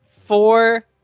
four